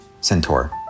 Centaur